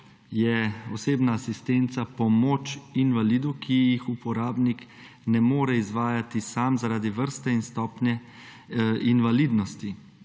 je osebna asistenca pomoč invalidu, ki jih uporabnik ne more izvajati sam zaradi vrste in stopnje invalidnosti.